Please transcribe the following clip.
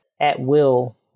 at-will